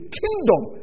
kingdom